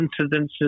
incidences